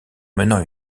menant